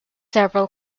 several